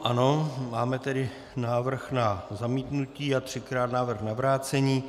Ano, máme tedy návrh na zamítnutí a třikrát návrh na vrácení.